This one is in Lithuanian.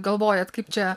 galvojat kaip čia